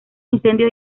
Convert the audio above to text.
incendio